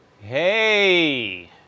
hey